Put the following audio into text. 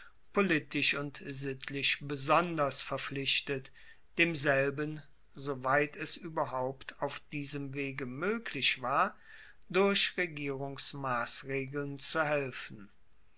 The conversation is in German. politisch und sittlich besonders verpflichtet demselben soweit es ueberhaupt auf diesem wege moeglich war durch regierungsmassregeln zu helfen